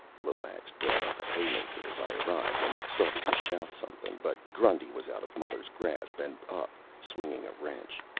lomax brought up a haymaker as i arrived, and started to shout something. but grundy was out of muller's grasp, and up, swinging a wrench.